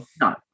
No